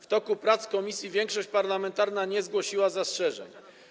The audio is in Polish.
W toku prac komisji większość parlamentarna nie zgłosiła zastrzeżeń.